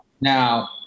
Now